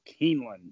Keeneland